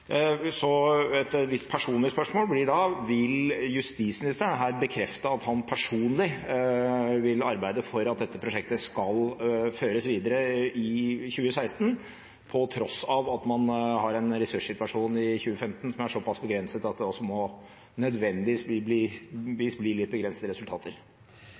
Et litt personlig spørsmål blir da: Vil justisministeren her bekrefte at han personlig vil arbeide for at dette prosjektet skal føres videre i 2016, på tross av at man har en ressurssituasjon i 2015 som er såpass begrenset at det nødvendigvis må bli litt begrensede resultater?